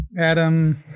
Adam